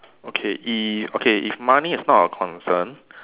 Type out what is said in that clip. okay if okay if money is not a concern